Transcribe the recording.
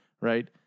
right